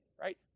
right